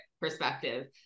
perspective